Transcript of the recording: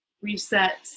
reset